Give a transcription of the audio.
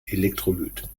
elektrolyt